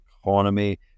economy